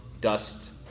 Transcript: dust